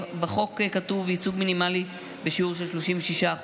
בחוק כתוב: ייצוג מינימלי בשיעור של 36%,